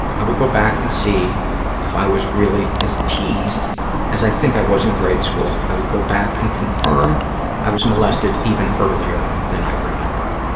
i would go back and see if i was really as teased as i think i was in grade school. i would go back and confirm i was molested even earlier than i remember.